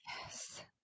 Yes